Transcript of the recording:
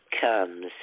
comes